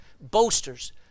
boasters